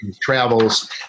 Travels